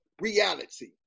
reality